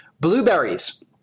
Blueberries